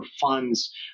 funds